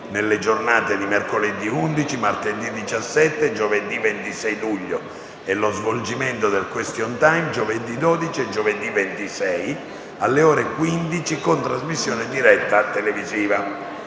nelle giornate di mercoledì 11, martedì 17 e giovedì 26 luglio e lo svolgimento del *question time* giovedì 12 e giovedì 26, alle ore 15, con trasmissione diretta televisiva.